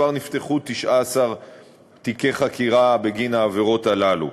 כבר נפתחו 19 תיקי חקירה בגין העבירות הללו.